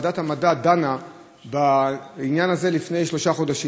שוועדת המדע דנה בעניין הזה לפני שלושה חודשים,